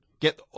Get